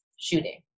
shooting